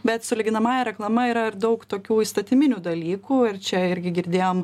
bet su lyginamąja reklama yra ir daug tokių įstatyminių dalykų ir čia irgi girdėjom